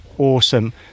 Awesome